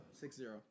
Six-zero